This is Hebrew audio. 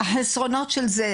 החסרונות של זה,